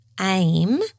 aim